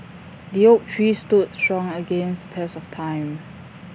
the oak tree stood strong against the test of time